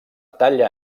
talla